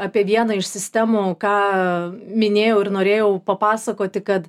apie vieną iš sistemų ką minėjau ir norėjau papasakoti kad